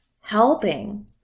helping